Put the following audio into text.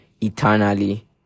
eternally